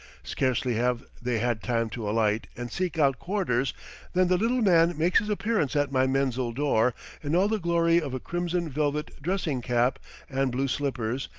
scarcely have they had time to alight and seek out quarters than the little man makes his appearance at my menzil door in all the glory of a crimson velvet dressing-cap and blue slippers,